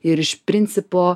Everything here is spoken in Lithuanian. ir iš principo